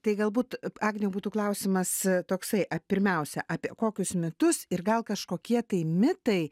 tai galbūt agniau būtų klausimas toksai pirmiausia apie kokius mitus ir gal kažkokie tai mitai